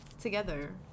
together